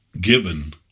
given